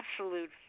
absolute